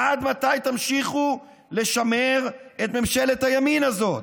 עד מתי תמשיכו לשמר את ממשלת הימין הזאת?